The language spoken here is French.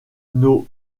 pour